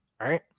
right